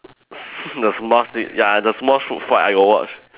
the Smosh ya the Smosh food fight I got watch